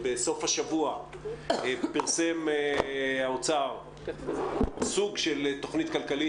בסוף השבוע פרסם האוצר סוג של תכנית כלכלית,